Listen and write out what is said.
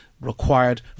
required